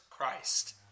Christ